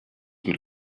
mit